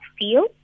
feel